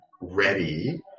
ready